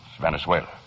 Venezuela